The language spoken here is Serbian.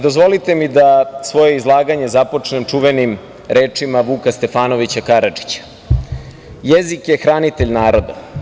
Dozvolite mi da svoje izlaganja započnem čuvenim rečima Vuka Stefanovića Karadžića: „Jezik je hranitelj naroda.